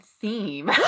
theme